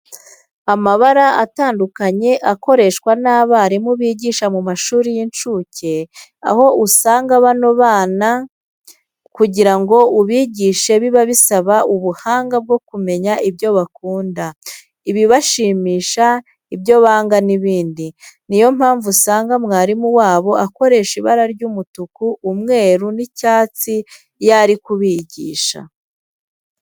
Amabara atandukanye akoreshwa n'abarimu bigisha mu mashuri y'incuke, aho usanga bano bana kugira ngo ubigishe biba bisaba ubuhanga bwo kumenya ibyo bakunda, ibibashimisha, ibyo banga n'ibindi. Niyo mpamvu usanga mwarimu wabo akoresha ibara ry'umutuku, umweru n'icyatsi iyo ari kubigisha.